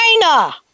China